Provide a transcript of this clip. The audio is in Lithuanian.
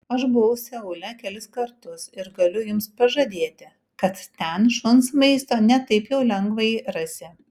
aš buvau seule kelis kartus ir galiu jums pažadėti kad ten šuns maisto ne taip jau lengvai rasi